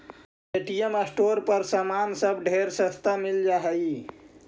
Paytm store पर समान सब ढेर सस्ता मिल जा हई